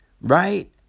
right